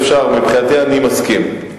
אפשר מבחינתי, אני מסכים.